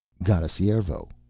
got a cervo,